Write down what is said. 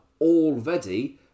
already